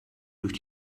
durch